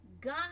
god